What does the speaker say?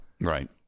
Right